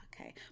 Okay